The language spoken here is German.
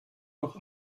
noch